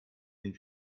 den